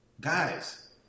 Guys